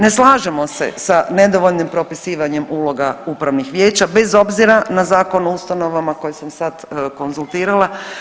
Ne slažemo se sa nedovoljnim propisivanjem uloga upravnih vijeća bez obzira na Zakon o ustanovama koji sam sad konzultirala.